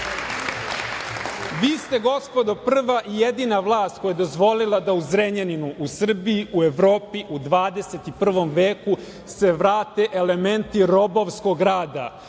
ste, gospodo, prva i jedina vlast koja je dozvolila da u Zrenjaninu, u Srbiji, u Evropi, u 21. veku se vrate elementi robovskog rada,